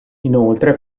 inoltre